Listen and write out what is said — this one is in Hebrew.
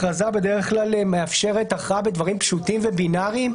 הכרזה בדרך כלל מאפשרת הכרעה בדברים פשוטים ובינאריים,